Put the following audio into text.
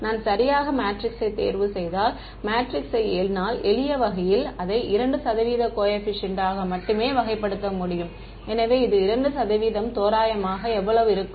நான் சரியான மேட்ரிக்ஸைத் தேர்வுசெய்தால் மேட்ரிக்ஸை என்னால் எளிய வகையில் அதை 2 சதவிகித கோஏபிசியன்ட்களாக மட்டுமே வகைப்படுத்த முடியும் எனவே இதில் 2 சதவீதம் தோராயமாக எவ்வளவு இருக்கும்